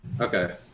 okay